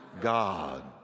God